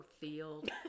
Field